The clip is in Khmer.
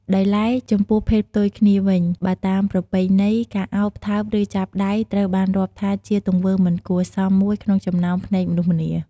ដោយឡែកចំពោះភេទផ្ទុយគ្នាវិញ បើតាមប្រពៃណី ការអោប ថើប ឬ ចាប់ដៃ ត្រូវបានរាប់ថាជាទង្វើមិនគួរសមមួយក្នុងចំណោមភ្នែកមនុស្សម្នា។